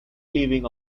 leaving